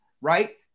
right